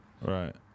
Right